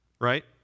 right